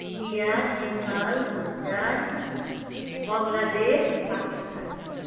India Nepal Bhutan Bangladesh Pakistan